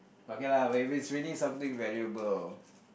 okay lah but if it's really something valuable